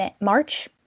March